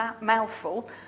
mouthful